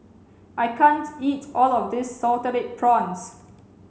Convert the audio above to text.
I can't eat all of this salted prawns